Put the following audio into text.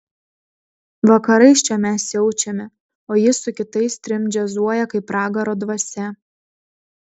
vakarais čia mes siaučiame o jis su kitais trim džiazuoja kaip pragaro dvasia